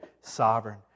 sovereign